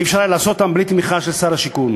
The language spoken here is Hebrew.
לא היה אפשר לעשותם בלי תמיכה של שר השיכון.